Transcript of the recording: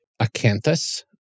Acanthus